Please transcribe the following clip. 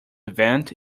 vent